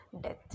death